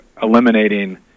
eliminating